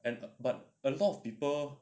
and but a lot of people